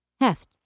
Heft